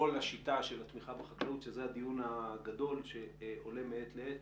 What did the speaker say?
השיטה של התמיכה בחקלאות שזה הדיון הגדול שעולה מעת לעת